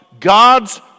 God's